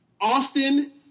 Austin